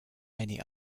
many